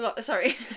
sorry